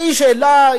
שהיא שאלה,